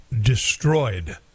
destroyed